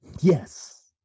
yes